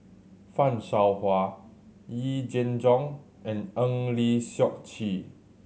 Fan Shao Hua Yee Jenn Jong and Eng Lee Seok Chee